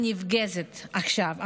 שמופגזת עכשיו.